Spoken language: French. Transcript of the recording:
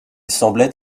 semblait